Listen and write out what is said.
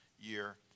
year